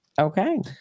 Okay